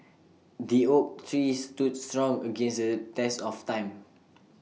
the oak tree stood strong against the test of time